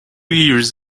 years